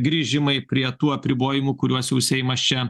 grįžimai prie tų apribojimų kuriuos jau seimas čia